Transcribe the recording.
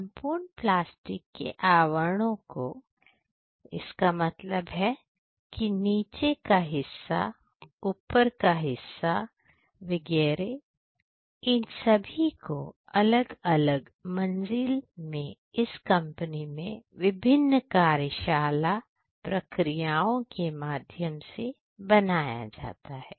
संपूर्ण प्लास्टिक के आवर्णों को इसका मतलब है कि नीचे का हिस्सा ऊपर का हिस्सा विकी अरे इन सभी को अलग अलग मंजिल में इस कंपनी में विभिन्न कार्यशाला प्रक्रियाओं के माध्यम से बनाया गया है